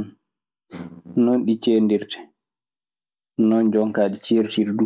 Non ɗi ceendirtee. Non jonkaa ɗi ceertiri du.